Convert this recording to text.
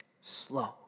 slow